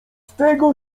tego